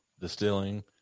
distilling